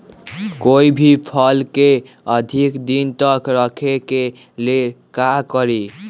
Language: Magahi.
कोई भी फल के अधिक दिन तक रखे के लेल का करी?